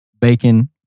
bacon